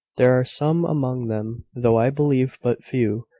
there are some among them, though i believe but few,